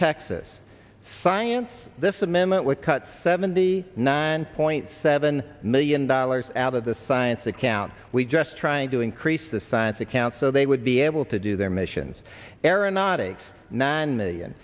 texas science this amendment would cut seventy nine point seven million dollars out of the science account we just trying to increase the science account so they would be able to do their missions aeronautics nine million